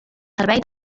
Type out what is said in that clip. servei